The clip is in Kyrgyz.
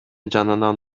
жанынан